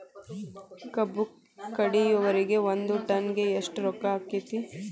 ಕಬ್ಬು ಕಡಿಯುವರಿಗೆ ಒಂದ್ ಟನ್ ಗೆ ಎಷ್ಟ್ ರೊಕ್ಕ ಆಕ್ಕೆತಿ?